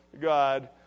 God